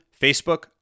Facebook